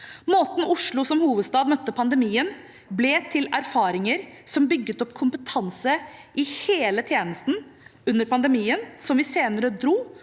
Måten Oslo som hovedstad møtte pandemien på, ble til erfaringer som bygget opp kompetanse i hele tjenesten under pandemien, og som vi senere dro